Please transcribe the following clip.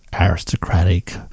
aristocratic